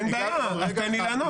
אז תן לי לענות.